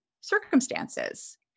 circumstances